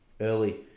early